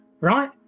right